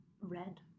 red